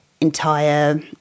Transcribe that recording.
entire